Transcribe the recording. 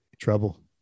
trouble